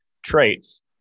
traits